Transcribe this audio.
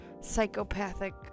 psychopathic